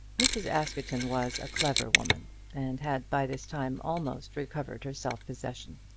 mrs. askerton was a clever woman, and had by this time almost recovered her self-possession.